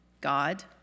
God